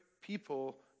people